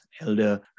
elder